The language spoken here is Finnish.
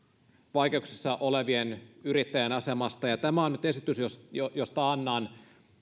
vaikeuksissa olevien yrittäjien asemasta tämä on nyt esitys josta annan